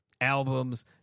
albums